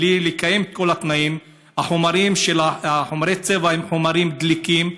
בלי לקיים את כל התנאים חומרי הצבע הם חומרים דליקים,